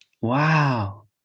Wow